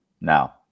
now